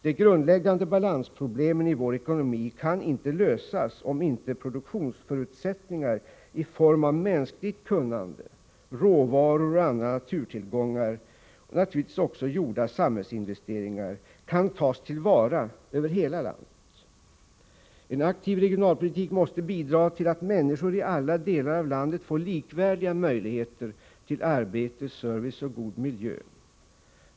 De grundläggande balansproblemen i vår ekonomi kan inte lösas om inte produktionsförutsättningar i form av mänskligt kunnande, råvaror och andra naturtillgångar samt naturligtvis också gjorda samhällsinvesteringar kan tas till vara över hela landet. En aktiv regionalpolitik måste bidra till att människor i alla delar av landet får likvärdiga möjligheter till arbete, service och god miljö.